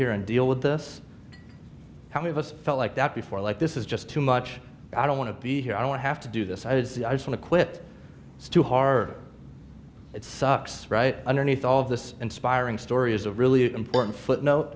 here and deal with this how many of us felt like that before like this is just too much i don't want to be here i don't have to do this i was on the clip too hard it sucks right underneath all of this inspiring story is a really important footnote